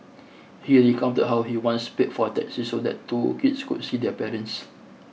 he recounted how he once paid for a taxi so that two kids could see their parents